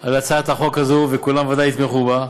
על הצעת החוק הזאת, וכולם ודאי יתמכו בה.